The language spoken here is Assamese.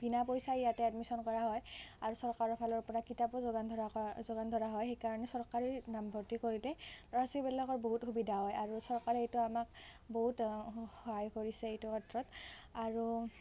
বিনা পইচা ইয়াতে এডমিশ্যন কৰা হয় আৰু চৰকাৰৰ ফালৰ পৰা কিতাপো যোগান ধৰা কৰা যোগান ধৰা হয় সেইকাৰণে চৰকাৰী নামভৰ্তি কৰিলে ল'ৰা ছোৱালীবিলাকৰ বহুত সুবিধা হয় আৰু চৰকাৰে এইটো আমাক বহুত সহায় কৰিছে এইটো ক্ষেত্ৰত আৰু